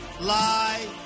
lie